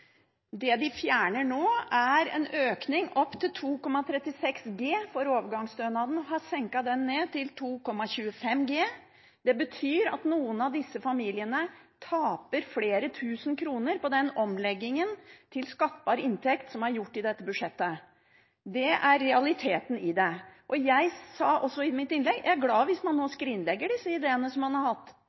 Det de fjerner nå, er en økning opp til 2,36 G for overgangsstønaden og har senket den til 2,25 G. Det betyr at noen av disse familiene taper flere tusen kroner på den omleggingen til skattbar inntekt som er gjort i dette budsjettet. Det er realiteten i det. Jeg sa også i mitt innlegg at jeg er glad hvis man nå skrinlegger disse ideene som man her har hatt